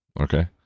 okay